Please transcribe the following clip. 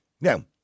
Now